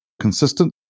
consistent